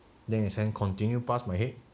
then his hand continue past my head